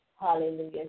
Hallelujah